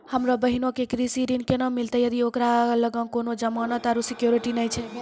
हमरो बहिनो के कृषि ऋण केना मिलतै जदि ओकरा लगां कोनो जमानत आरु सिक्योरिटी नै छै?